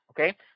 okay